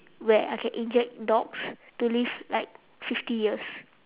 where I can inject dogs to live like fifty years